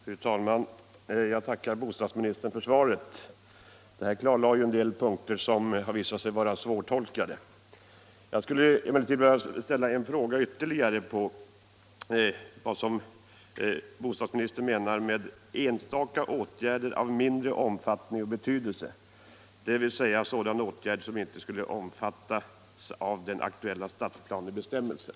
Fru talman! Jag tackar bostadsministern för svaret. Det klarlade en del punkter som visat sig vara svårtolkade. Jag skulle emellertid vilja ställa ytterligare en fråga: Vad menar bostadsministern med ”enstaka byggnadsåtgärder av mindre omfattning och betydelse”, som alltså inte skulle omfattas av den aktuella stadsplanebestämmelsen?